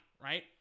right